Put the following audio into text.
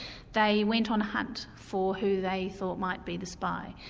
they went on a hunt for who they thought might be the spy.